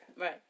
Right